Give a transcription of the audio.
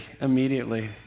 immediately